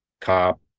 cop